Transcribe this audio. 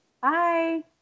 Bye